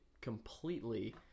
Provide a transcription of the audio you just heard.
completely